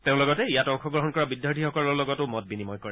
তেওঁ লগতে ইয়াত অংশগ্ৰহণ কৰা বিদ্যাৰ্থীসকলৰ লগতো মতামত বিনিময় কৰে